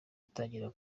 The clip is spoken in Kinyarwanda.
atangira